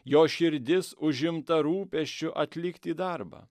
jo širdis užimta rūpesčiu atlikti darbą